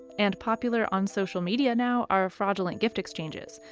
and popular on social media now are fraudulent gift exchanges,